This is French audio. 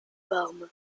parme